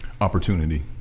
Opportunity